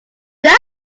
that